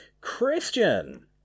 Christian